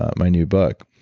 ah my new book.